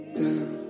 down